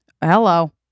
Hello